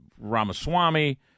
Ramaswamy